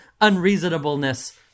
unreasonableness